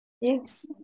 Yes